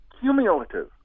cumulative